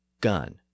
Gun